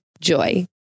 Joy